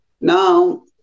Now